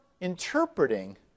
interpreting